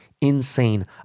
insane